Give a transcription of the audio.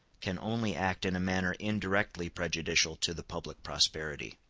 can only act in a manner indirectly prejudicial to the public prosperity.